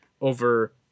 over